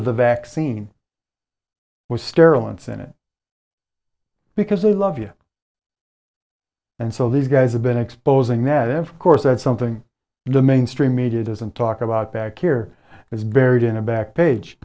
of the vaccine was sterile in senate because they love you and so these guys have been exposing that every course that something the mainstream media doesn't talk about back here is buried in a back page